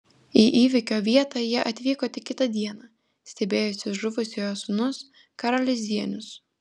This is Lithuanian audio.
į įvykio vietą jie atvyko tik kitą dieną stebėjosi žuvusiojo sūnus karolis zienius